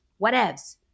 whatevs